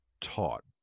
taught